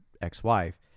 ex-wife